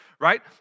right